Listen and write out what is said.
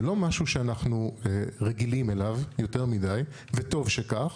זה לא משהו שאנחנו רגילים אליו יותר מדי וטוב שכך.